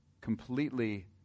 completely